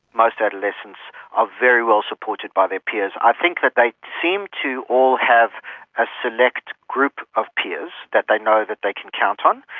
most adolescents are very well supported by their peers. i think that they seem to all have a select group of peers that they know that they can count on,